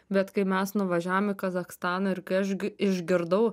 bet kai mes nuvažiavom į kazachstaną ir kai aš išgirdau